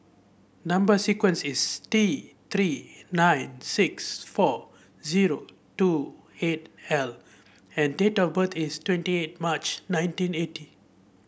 number sequence is T Three nine six four zero two eight L and date of birth is twenty eight March nineteen eighty